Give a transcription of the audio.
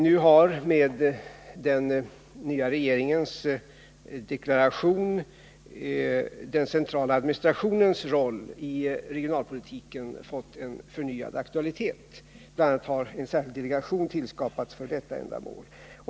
Nu har, med den nya regeringens deklaration, den centrala administrationens roll i regionalpolitiken fått förnyad aktualitet. Bl. a. har en särskild delegation tillskapats för detta ändamål.